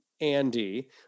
andy